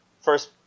first